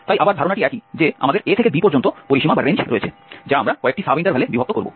তাই আবার ধারণাটি একই যে আমাদের a থেকে b পর্যন্ত পরিসীমা রয়েছে যা আমরা কয়েকটি সাব ইন্টারভ্যালে বিভক্ত করব